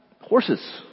horses